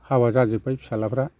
हाबा जाजोब्बाय फिसाज्लाफ्रा